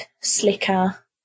slicker